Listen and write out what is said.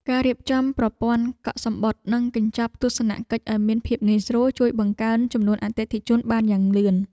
ការរៀបចំប្រព័ន្ធកក់សំបុត្រនិងកញ្ចប់ទស្សនកិច្ចឱ្យមានភាពងាយស្រួលជួយបង្កើនចំនួនអតិថិជនបានយ៉ាងលឿន។